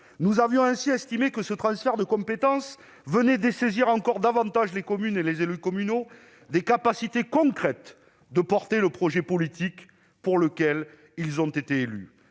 Nous avions ainsi estimé que ce transfert de compétence venait dessaisir encore davantage les élus communaux des capacités concrètes de porter le projet politique pour lequel ils avaient été élus,